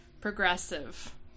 progressive